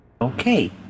Okay